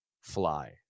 fly